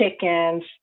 chickens